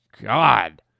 God